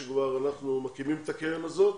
אנחנו כבר מקימים את הקרן הזאת,